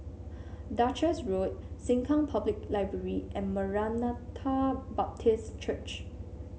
Duchess Road Sengkang Public Library and Maranatha Baptist Church